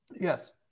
Yes